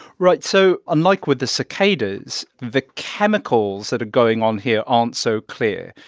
right. so unlike with the cicadas, the chemicals that are going on here aren't so clear.